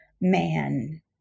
man